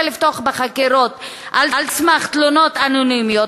לפתוח בחקירות על סמך תלונות אנונימיות,